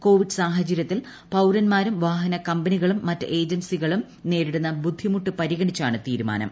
Covid സാഹചര്യത്തിൽ പൌരന്മാരും വാഹന കമ്പനികളും മറ്റ് ഏജൻസികളും നേരിടുന്ന ബുദ്ധിമുട്ട് പരിഗണിച്ചാണ് തീരുമാനം